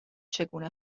چگونه